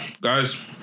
guys